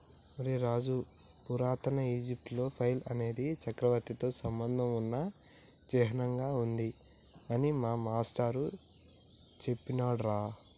ఒరై రాజు పురాతన ఈజిప్టులో ఫైల్ అనేది చక్రవర్తితో సంబంధం ఉన్న చిహ్నంగా ఉంది అని మా మాష్టారు సెప్పినాడురా